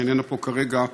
שאיננה פה כרגע,